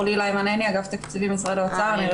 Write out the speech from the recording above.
אני רפרנטית חינוך.